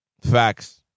Facts